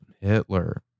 Hitler